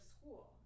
school